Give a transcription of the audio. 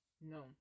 No